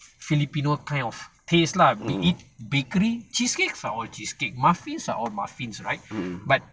filipino kind of place lah be it bakery cheesecake are all cheesecake muffins are all muffins right but